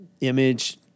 image